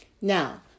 Now